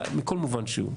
מכל מובן שהוא,